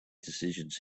decisions